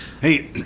Hey